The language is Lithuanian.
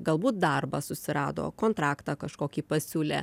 galbūt darbą susirado kontraktą kažkokį pasiūlė